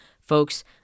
Folks